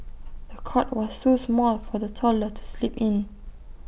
the cot was too small for the toddler to sleep in